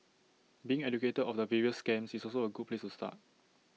being educated of the various scams is also A good place to start